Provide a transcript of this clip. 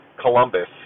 Columbus